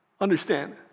Understand